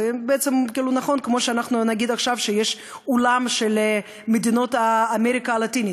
זה כמו שאנחנו נגיד עכשיו שיש עולם של מדינות אמריקה הלטינית.